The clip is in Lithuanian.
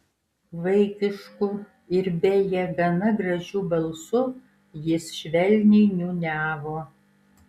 vaikišku ir beje gana gražiu balsu jis švelniai niūniavo